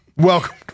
Welcome